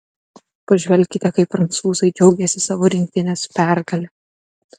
pažvelkite kaip prancūzai džiaugėsi savo rinktinės pergale